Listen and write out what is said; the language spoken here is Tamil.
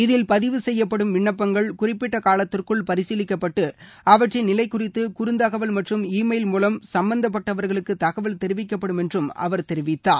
இதில பதிவு செய்யப்படும் விண்ணப்பங்கள் குறிப்பிட்டக் காலத்திற்குள் பரிசீலிக்கப்பட்டு அவற்றின் நிலைக்குறித்து குறுந்தகவல் மற்றும் ஈமெயில் மூலம் சம்மந்தப்பட்டவர்களுக்கு தகவல் தெரிவிக்கப்படும் என்று அவர் தெரிவித்தார்